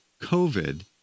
COVID